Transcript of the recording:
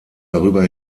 darüber